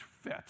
fit